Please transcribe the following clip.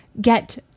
get